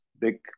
big